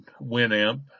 Winamp